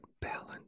balance